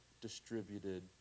distributed